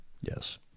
yes